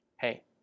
Hey